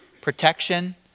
protection